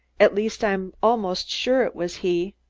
at least, i'm almost sure it was he.